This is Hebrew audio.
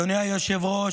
אדוני היושב-ראש,